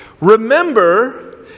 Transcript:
Remember